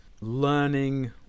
learning